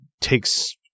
takes